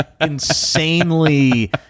insanely